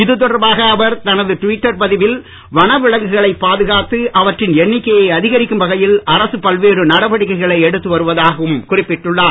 இதுதொடர்பாக அவர் தனது ட்விட்டர் பதிவில் வனவிலங்குகளை பாதுகாத்து அவற்றின் எண்ணிக்கையை அதிகரிக்கும் வகையில் அரசு பல்வேறு நடவடிக்கைகளை எடுத்து வருவதாகவும் குறிப்பிட்டுள்ளார்